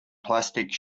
plastic